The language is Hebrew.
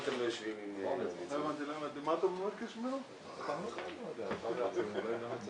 אבל את המשמעויות ההלכתיות אני בוודאי לא יודע להגיד לכם.